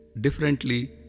differently